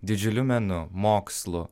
didžiuliu menu mokslu